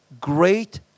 great